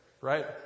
right